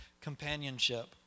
companionship